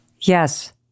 Yes